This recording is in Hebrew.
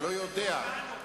לא יודע.